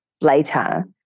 later